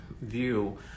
view